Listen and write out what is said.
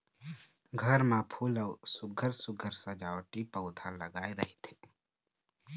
घर म फूल अउ सुग्घर सुघ्घर सजावटी पउधा लगाए रहिथे